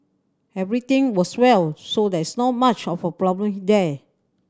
everything was well so there's not much of a problem there